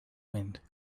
wind